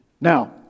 Now